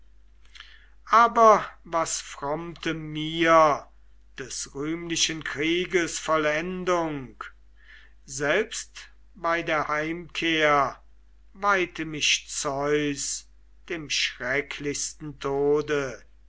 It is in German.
aber was frommte mir des rühmlichen krieges vollendung selbst bei der heimkehr weihte mich zeus dem schrecklichsten tode